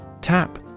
Tap